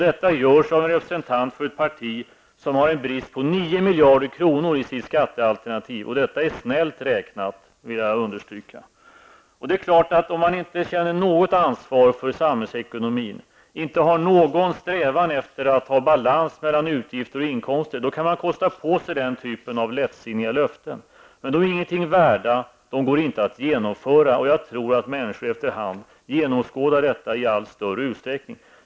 Detta görs av en representant för ett parti som har en brist på 9 miljarder kronor i sitt skattealternativ, och det är snällt räknat, vill jag understryka. Om man inte känner något ansvar för samhällsekonomin, inte har någon strävan efter att ha balans mellan utgifter och inkomster kan man kosta på sig den typen av lättsinniga löften, men de är ingenting värda och de går inte att genomföra. Jag tror att människor efter hand genomskådar detta i allt större utsträckning.